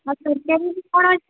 କ'ଣ ଅଛି